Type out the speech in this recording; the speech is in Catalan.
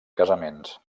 casaments